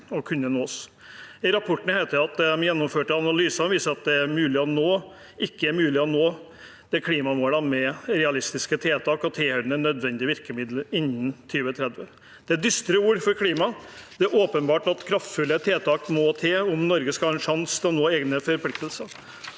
I rapporten heter det: «De gjennomførte analysene viser at det ikke er mulig å nå klimamålene med realistiske tiltak og tilhørende nødvendig virkemiddelbruk innen 2030.» Det er dystre ord for klimaet, og det er åpenbart at kraftfulle tiltak må til om Norge skal ha en sjanse til å nå egne forpliktelser.